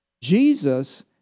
Jesus